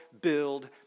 build